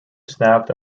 snapped